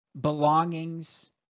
belongings